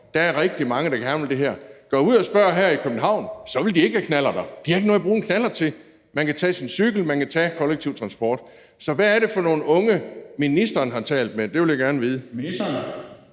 er der rigtig mange, der gerne vil det her. Gå ud og spørg her i København, så vil de svare, at de ikke vil have knallerter, for de har ikke noget at bruge en knallert til, da man kan tage sin cykel, man kan tage den kollektive transport. Så hvad er det for nogle unge, ministeren har talt med? Det vil jeg gerne vide.